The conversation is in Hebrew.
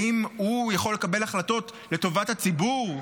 האם הוא יכול לקבל החלטות לטובת הציבור?